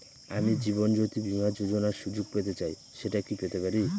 আমি জীবনয্যোতি বীমা যোযোনার সুযোগ পেতে চাই সেটা কি পেতে পারি?